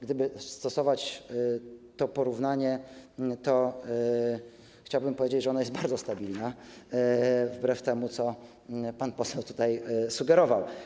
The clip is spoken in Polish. Gdyby stosować to porównanie, to mógłbym powiedzieć, że ona jest bardzo stabilna, wbrew temu, co pan poseł tutaj sugerował.